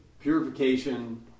purification